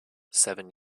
seven